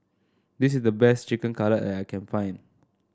this is the best Chicken Cutlet that I can find